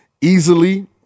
easily